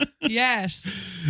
Yes